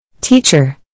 Teacher